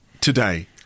today